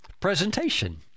Presentation